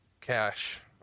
Cash